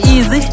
Easy